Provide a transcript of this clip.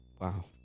Wow